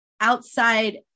outside